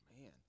man